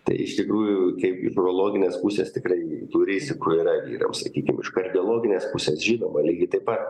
tai iš tikrųjų kaip į brologinės pusės tikrai turi sekuliariai vyram sakykim iš kardiologinės pusės žinoma lygiai taip pat